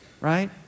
right